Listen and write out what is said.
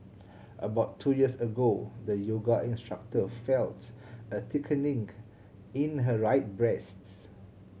about two years ago the yoga instructor felt a thickening in her right breast